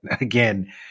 again